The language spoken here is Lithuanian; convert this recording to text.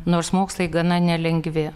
nors mokslai gana nelengvi